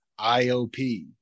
IOP